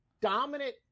dominant